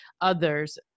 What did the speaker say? others